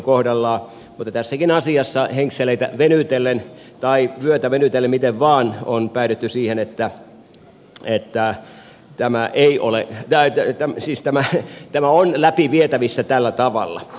mutta tässäkin asiassa henkseleitä venytellen tai vyötä venytellen miten vain on päädytty siihen että tämä on läpivietävissä tällä tavalla